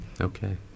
Okay